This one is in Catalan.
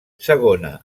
segona